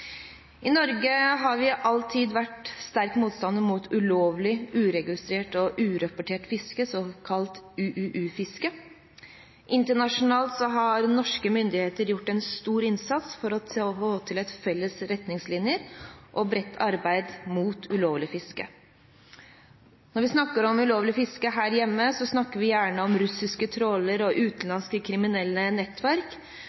I Norge har vi i all tid vært en sterk motstander av ulovlig, uregistrert og urapportert fiske – såkalt UUU-fiske. Internasjonalt har norske myndigheter gjort en stor innsats for å få til felles retningslinjer og bredt arbeid mot ulovlig fiske. Når vi snakker om ulovlig fiske her hjemme, snakker vi gjerne om russiske trålere og